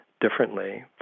differently